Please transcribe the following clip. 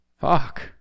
Fuck